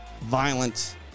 violent